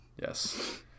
Yes